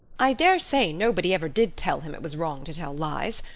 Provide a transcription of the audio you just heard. i daresay nobody ever did tell him it was wrong to tell lies,